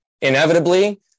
Inevitably